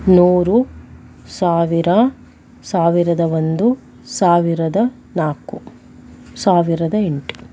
ನೂರು ಸಾವಿರ ಸಾವಿರದ ಒಂದು ಸಾವಿರದ ನಾಲ್ಕು ಸಾವಿರದ ಎಂಟು